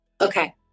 Okay